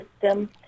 system